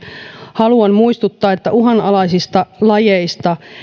haluan muistuttaa että uhanalaisista lajeista